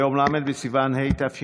היום יום רביעי ל' בסיוון התשפ"ב,